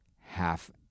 half